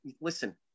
Listen